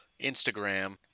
Instagram